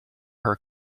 her